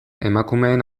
emakumeen